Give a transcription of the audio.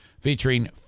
featuring